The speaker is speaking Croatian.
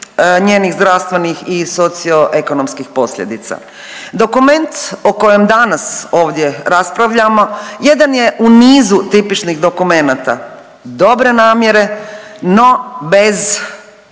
njenih zdravstvenih i socioekonomskih posljedica. Dokument o kojem danas ovdje raspravljamo jedan je u nizu tipičnih dokumenata dobre namjere, no bez